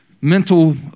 mental